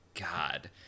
god